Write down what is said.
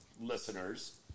listeners